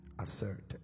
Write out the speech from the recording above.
asserted